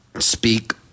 speak